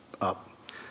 up